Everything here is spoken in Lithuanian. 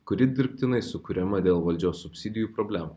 kuri dirbtinai sukuriama dėl valdžios subsidijų problemą